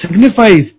signifies